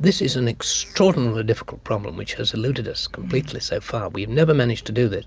this is an extraordinarily difficult problem which has eluded us completely so far. we've never managed to do it. it